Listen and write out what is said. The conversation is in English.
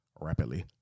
rapidly